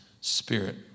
spirit